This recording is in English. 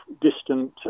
distant